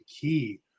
key